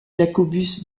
jacobus